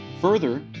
Further